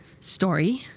story